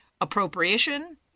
appropriation